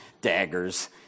daggers